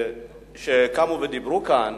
שקמו ודיברו כאן,